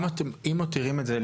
אם מותירים את זה,